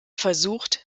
versucht